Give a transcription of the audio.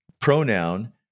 pronoun